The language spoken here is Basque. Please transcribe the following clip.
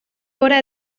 gora